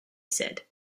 said